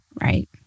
right